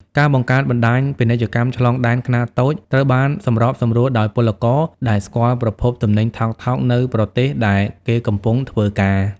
ការបង្កើតបណ្ដាញពាណិជ្ជកម្មឆ្លងដែនខ្នាតតូចត្រូវបានសម្របសម្រួលដោយពលករដែលស្គាល់ប្រភពទំនិញថោកៗនៅប្រទេសដែលគេកំពុងធ្វើការ។